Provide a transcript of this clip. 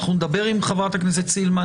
אנחנו נדבר עם חברת הכנסת סילמן